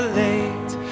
late